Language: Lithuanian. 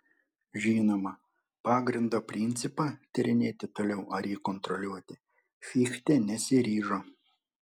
žinoma pagrindo principą tyrinėti toliau ar jį kontroliuoti fichte nesiryžo